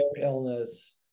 illness